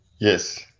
Yes